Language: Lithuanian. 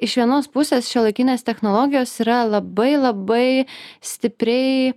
iš vienos pusės šiuolaikinės technologijos yra labai labai stipriai